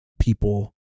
people